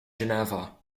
geneva